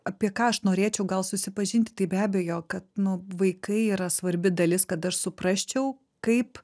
apie ką aš norėčiau gal susipažinti tai be abejo kad nu vaikai yra svarbi dalis kad aš suprasčiau kaip